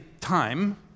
time